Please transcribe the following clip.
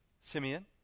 Simeon